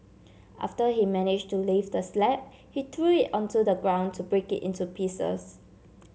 after he managed to lift the slab he threw it onto the ground to break it into pieces